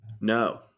No